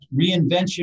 Reinvention